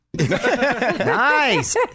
nice